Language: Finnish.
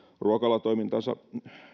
ruokalatoimintansa